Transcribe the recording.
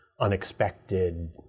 unexpected